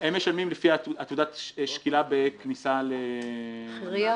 הם משלמים לפי תעודת שקילה בכניסה לחירייה,